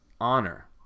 honor